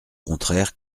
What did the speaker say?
contraire